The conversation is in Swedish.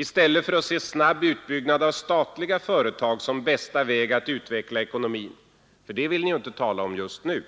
I stället för att se snabb utbyggnad av statliga företag som bästa väg att utveckla ekonomin — för det vill ni ju inte tala om just nu